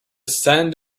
sand